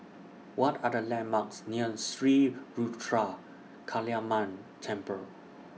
What Are The landmarks near Sri Ruthra Kaliamman Temple